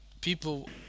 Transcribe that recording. people